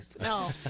No